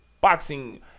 boxing